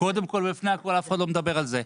קודם כל ולפני הכול, אף אחד לא מדבר על זה,